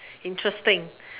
interesting